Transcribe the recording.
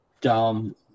dumb